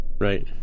right